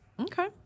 Okay